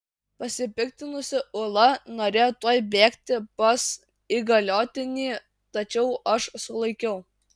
pasipiktinusi ula norėjo tuoj bėgti pas įgaliotinį tačiau aš sulaikiau